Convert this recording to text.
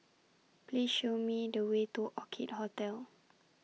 Please Show Me The Way to Orchid Hotel